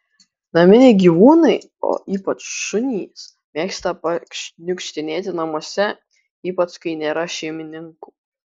naminiai gyvūnai o ypač šunys mėgsta pašniukštinėti namuose ypač kai nėra šeimininkų